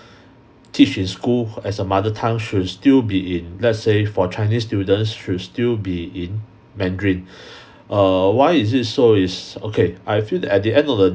teach in school as a mother tongue should still be in let's say for chinese students should still be in mandarin err why is it so is okay I feel at the end of the